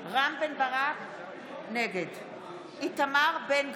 רם בן ברק, נגד איתמר בן גביר,